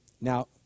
Now